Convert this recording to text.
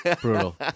brutal